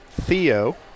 Theo